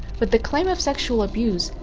with the claim of sexual abuse,